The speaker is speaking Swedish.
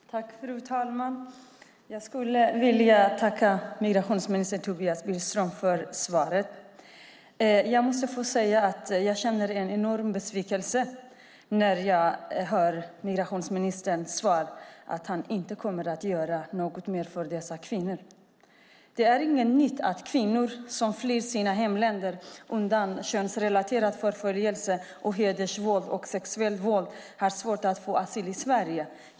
Fru talman! Jag skulle vilja tacka migrationsminister Tobias Billström för svaret. Jag måste få säga att jag känner en enorm besvikelse när jag hör migrationsministerns svar att han inte kommer att göra något mer för dessa kvinnor. Det är inget nytt att kvinnor som flyr sina hemländer undan könsrelaterad förföljelse, hedersvåld eller sexuellt våld har svårt att få asyl i Sverige.